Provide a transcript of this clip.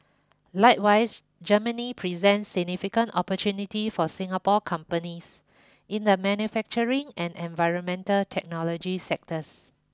likewise Germany presents significant opportunities for Singapore companies in the manufacturing and environmental technology sectors